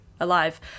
Alive